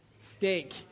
Steak